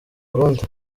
burundi